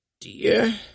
Dear